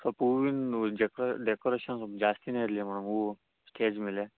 ಸ್ವಲ್ಪ ಹೂವಿಂದು ಜೆಕೊ ಡೆಕೋರೇಷನ್ ಸ್ವಲ್ಪ ಜಾಸ್ತಿಯೇ ಇರಲಿ ಮ್ಯಾಮ್ ಹೂವು ಸ್ಟೇಜ್ ಮೇಲೆ